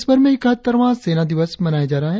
देशभर में इकहत्तरवां सेना दिवस मनाया जा रहा है